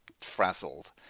frazzled